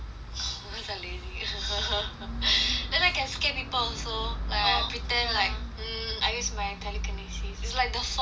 because I lazy then I can scare people also like I pretend like mm I use my telekinesis it's like the force lah